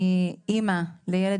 אני אימא ליהונתן,